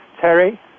Terry